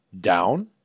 down